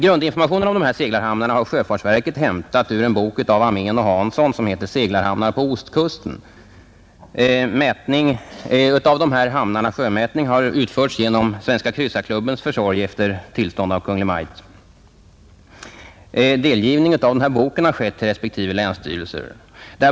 Grundinformationen om dessa seglarhamnar har sjöfartsverket hämtat ur en bok av Améen och Hansson med titeln ”Seglarhamnar på ostkusten”. Sjömätningen av dessa hamnar har utförts genom Svenska kryssarklubbens försorg efter tillstånd av Kungl. Maj:t. Delgivning av boken har skett till respektive länsstyrelser.